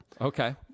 okay